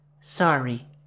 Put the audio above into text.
Sorry